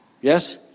Yes